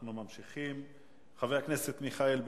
אנחנו ממשיכים: חבר הכנסת מיכאל בן-ארי,